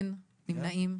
נמנעים?